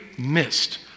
missed